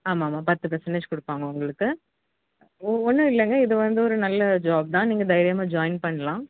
ஆமாம் ஆமாம் பத்து பர்சன்டேஜ் கொடுப்பாங்க உங்களுக்கு ஒன்றும் இல்லைங்க இது வந்து ஒரு நல்ல ஜாப் தான் நீங்கள் தைரியமாக ஜாயின் பண்ணலாம்